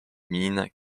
mines